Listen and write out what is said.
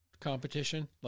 competition